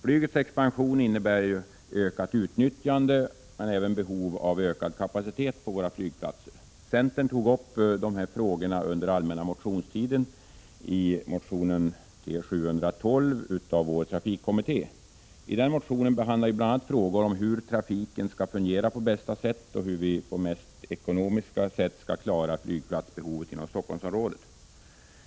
Flygets expansion innebär ökat utnyttjande, men även behov av ökad kapacitet på våra flygplatser. Centern tog upp dessa frågor under allmänna motionstiden i motion T712, som utarbetades av vår trafikkommitté. I den motionen behandlas bl.a. frågor om hur trafiken skall fungera på bästa sätt och hur vi på det mest ekonomiska sättet skall klara flygplatsbehovet inom Stockholmsområdet.